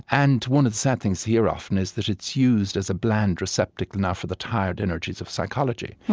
and one of the sad things here, often, is that it's used as a bland receptacle now for the tired energies of psychology.